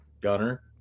Gunner